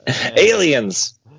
Aliens